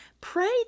Pray